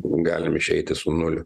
galim išeiti su nuliu